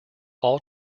all